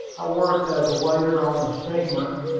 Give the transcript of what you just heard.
i worked as a waiter on a steamer,